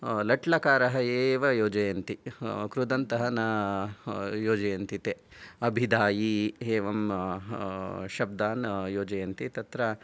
लट् लकारः एव योजयन्ति कृदन्तः न योजयन्ति ते अभिदायि एवं शब्दान् योजयन्ति तत्र